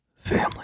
family